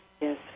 Yes